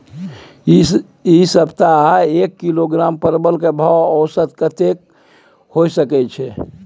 ऐ सप्ताह एक किलोग्राम परवल के भाव औसत कतेक होय सके छै?